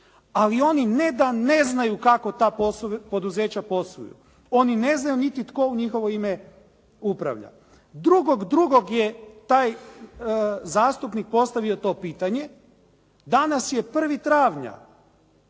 ali oni ne da ne znaju kako ta poduzeća posluju oni ne znaju niti tko u njihovo ime upravlja. 2.2. je taj zastupnik postavio to pitanje. Danas je 1. travnja.